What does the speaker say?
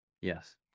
yes